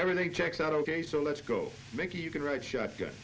everything checks out ok so let's go make you can ride shotgun